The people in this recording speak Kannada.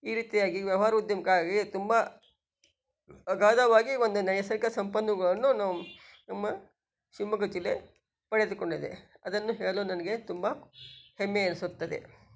ಈ ರೀತಿಯಾಗಿ ವ್ಯವ್ಹಾರ ಉದ್ಯಮಕ್ಕಾಗಿ ತುಂಬ ಅಗಾಧವಾಗಿ ಒಂದು ನೈಸರ್ಗಿಕ ಸಂಪನ್ನಗಳನ್ನು ನಾವು ನಮ್ಮ ಶಿವಮೊಗ್ಗ ಜಿಲ್ಲೆ ಪಡೆದುಕೊಂಡಿದೆ ಅದನ್ನು ಹೇಳಲು ನನಗೆ ತುಂಬ ಹೆಮ್ಮೆ ಅನ್ನಿಸುತ್ತದೆ